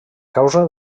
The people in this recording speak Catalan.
causa